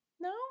no